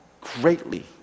greatly